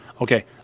okay